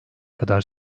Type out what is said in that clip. kadar